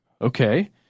Okay